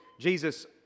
Jesus